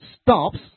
stops